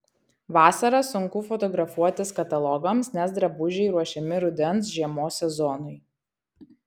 vasarą sunku fotografuotis katalogams nes drabužiai ruošiami rudens žiemos sezonui